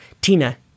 TINA